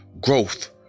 growth